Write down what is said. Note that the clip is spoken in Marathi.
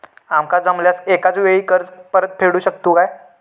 आमका जमल्यास एकाच वेळी कर्ज परत फेडू शकतू काय?